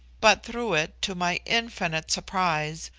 but through it, to my infinite surprise,